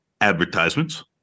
advertisements